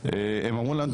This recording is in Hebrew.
הם אמרו להם,